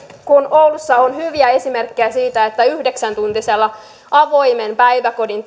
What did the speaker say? oulussa on hyviä esimerkkejä siitä että yhdeksän tuntisella avoimen päiväkodin